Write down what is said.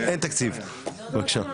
אין תקציב, בבקשה.